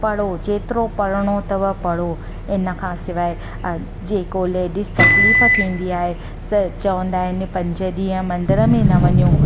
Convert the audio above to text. पढ़ो जेतिरो पढ़नो अथव पढ़ो इन खां सवाइ जेको लेडीज़ तकलीफ़ थींदी आहे चवंदा आहिनि पंज ॾींहं मंदर में न वञो